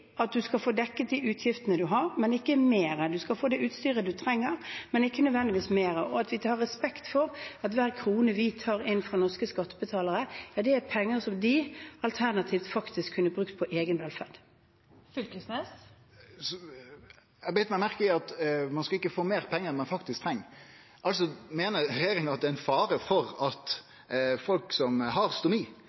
at man skal få dekket de utgiftene man har, men ikke mer, og at man skal få det utstyret man trenger, men ikke nødvendigvis mer. Vi må ha respekt for at hver krone vi tar inn fra norske skattebetalere, er penger som de alternativt kunne ha brukt på egen velferd. Torgeir Knag Fylkesnes – til oppfølgingsspørsmål. Eg beit meg merke i at ein ikkje skal få meir pengar enn ein faktisk treng. Meiner regjeringa at det ein fare for at folk som har stomi,